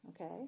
Okay